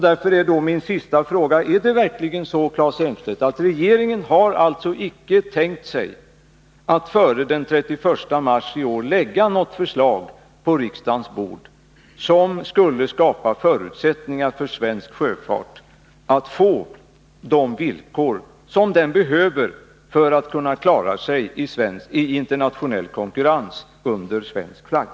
Därför är min sista fråga: Är det verkligen så, Claes Elmstedt, att regeringen icke har tänkt sig att före den 31 mars i år lägga något förslag på riksdagens bord, som skulle skapa förutsättningar för svensk sjöfart att få de villkor som den behöver för att kunna klara sig i internationell konkurrens under svensk flagg?